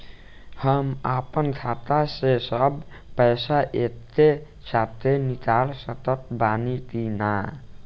हम आपन खाता से सब पैसा एके साथे निकाल सकत बानी की ना?